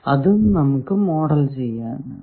അതും നമുക്ക് മോഡൽ ചെയ്യാനാകും